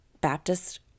Baptist